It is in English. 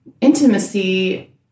intimacy